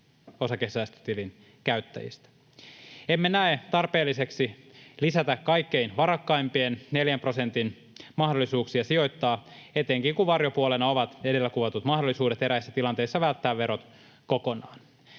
osakesäästötilin käyttäjistä. Emme näe tarpeelliseksi lisätä kaikkein varakkaimpien neljän prosentin mahdollisuuksia sijoittaa etenkin, kun varjopuolena ovat edellä kuvatut mahdollisuudet eräissä tilanteissa välttää verot kokonaan.